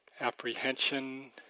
apprehension